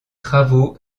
travaux